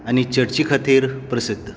आनी चर्चीं खातीर प्रसिध्द